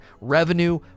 Revenue